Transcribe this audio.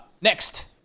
Next